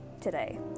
today